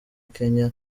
kenya